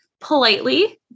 politely